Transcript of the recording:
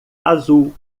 azul